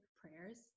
prayers